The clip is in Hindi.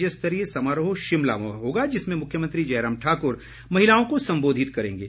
राज्यस्तरीय समारोह शिमला में होगा जिसमें मुख्यमंत्री जयराम ठाकुर महिलाओं को संबोधित करेंगे